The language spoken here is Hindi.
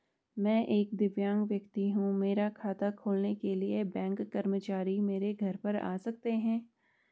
मैं एक दिव्यांग व्यक्ति हूँ मेरा खाता खोलने के लिए बैंक कर्मचारी मेरे घर पर आ सकते हैं?